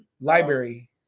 library